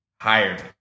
hired